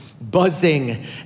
buzzing